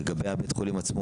לגבי הבית חולים עצמו,